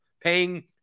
paying